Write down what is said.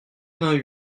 vingt